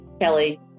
Kelly